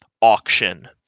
auction